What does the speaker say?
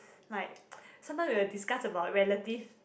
like sometime we will discuss about relative